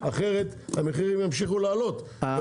אחרת המחירים ימשיכו לעלות -- אני מסכים איתך.